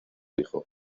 hijo